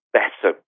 better